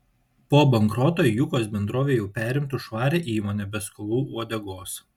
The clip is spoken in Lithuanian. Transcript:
po bankroto jukos bendrovė jau perimtų švarią įmonę be skolų uodegos